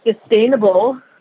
sustainable